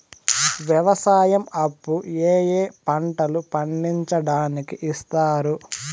వ్యవసాయం అప్పు ఏ ఏ పంటలు పండించడానికి ఇస్తారు?